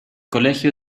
colegio